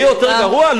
יהיה יותר גרוע?